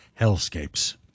hellscapes